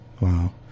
Wow